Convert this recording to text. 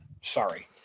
Sorry